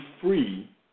free